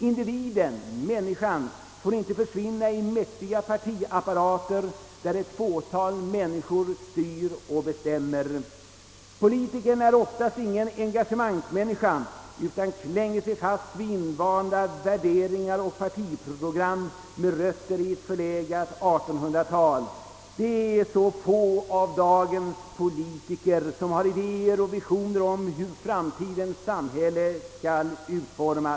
Individen får inte försvinna i mäktiga partiapparater, där ett fåtal människor styr och bestämmer. Politikern är oftast ingen engagemangsmänniska, utan han klänger sig fast vid invanda värderingar och partiprogram med rötter i ett förlegat 1800-tal. Det är så få av dagens politiker som har idéer och visioner om hur framtidens samhälle skall utformas.